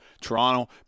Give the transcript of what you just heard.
Toronto